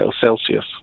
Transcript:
Celsius